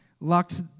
locked